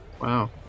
Wow